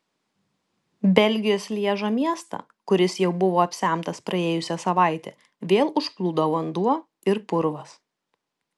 belgijos lježo miestą kuris jau buvo apsemtas praėjusią savaitę vėl užplūdo vanduo ir purvas